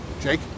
Jake